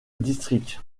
district